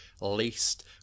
least